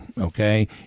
okay